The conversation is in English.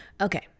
Okay